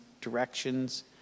directions